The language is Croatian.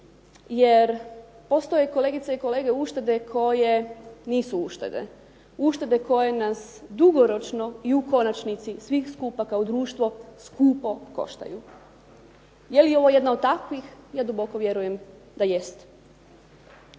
jer postoje kolegice i kolege uštede koje nisu uštede, uštede koje nas dugoročno i u konačnici svih skupa kao društvo skupo koštaju. Je li ovo jedna od takvih, ja duboko vjerujem da jest.